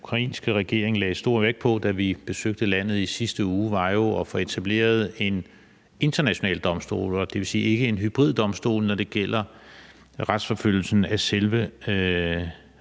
den ukrainske regering lagde stor vægt på, da vi besøgte landet i sidste uge, var jo at få etableret en international domstol – og altså ikke en hybriddomstol – når det gælder retsforfølgelsen af selve